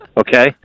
okay